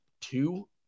two